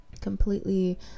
completely